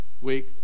week